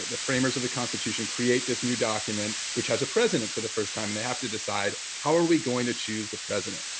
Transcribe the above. the framers of the constitution, create this new document, which has a president, for the first time, and they have to decide how are we going to choose the president,